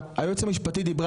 זה שאלה משפטית,